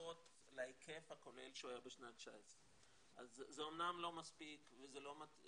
לפחות להיקף הכולל שהוא היה בשנת 19'. זה אמנם לא מספיק --- 62?